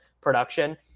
production